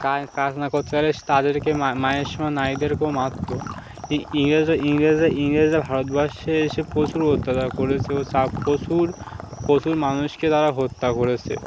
কাজ কাজ না করতে পারলে তাদেরকে মায়ের সম নারীদেরকেও মারতো ইংরেজ ইংরেজরা ইংরেজরা ভারতবর্ষে এসে প্রচুর অত্যাচা করেছে ও চা প্রচুর প্রচুর মানুষকে তারা হত্যা করেছে